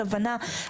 הבנה,